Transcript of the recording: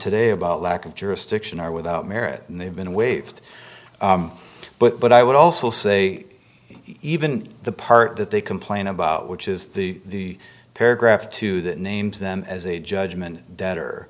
today about lack of jurisdiction are without merit and they've been waived but i would also say even the part that they complain about which is the paragraph or two that names them as a judgment debtor